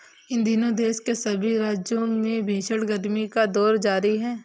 इन दिनों देश के सभी राज्यों में भीषण गर्मी का दौर जारी है